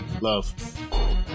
love